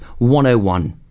101